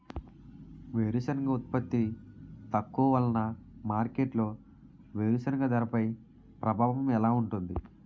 వేరుసెనగ ఉత్పత్తి తక్కువ వలన మార్కెట్లో వేరుసెనగ ధరపై ప్రభావం ఎలా ఉంటుంది?